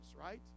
right